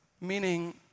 Meaning